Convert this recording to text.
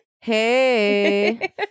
Hey